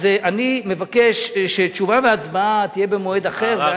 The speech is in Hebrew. אני מבקש שתשובה והצבעה יהיו במועד אחר.